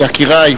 יקירי,